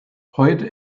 heute